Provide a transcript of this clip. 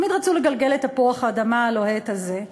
תמיד רצו לגלגל את תפוח האדמה הלוהט הזה.